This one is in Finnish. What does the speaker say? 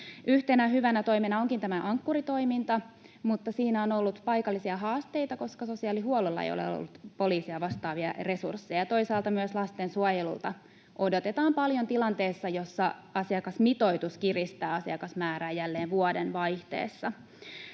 Yhtenä hyvänä toimena onkin tämä Ankkuri-toiminta, mutta siinä on ollut paikallisia haasteita, koska sosiaalihuollolla ei ole ollut poliisia vastaavia resursseja. Toisaalta myös lastensuojelulta odotetaan paljon tilanteessa, jossa asiakasmitoitus kiristää asiakasmäärää jälleen vuodenvaihteessa.